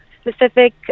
specific